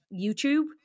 YouTube